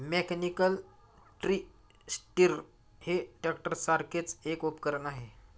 mechanical tree stirrer हे ट्रॅक्टरसारखेच एक उपकरण आहे